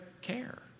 care